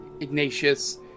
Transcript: Ignatius